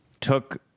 took